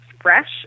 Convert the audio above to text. fresh